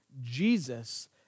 Jesus